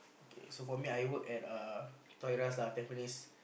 okay so for me I work at a Toys-R-Us lah Tampines